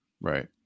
right